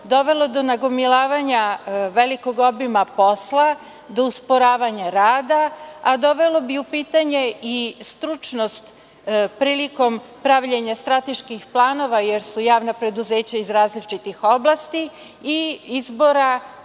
dovelo do nagomilavanja velikog obima posla, do usporavanja rada, a dovelo bi u pitanje i stručnost prilikom pravljenja strateških planova, jer su javna preduzeća iz različitih oblasti i izbora stručnjaka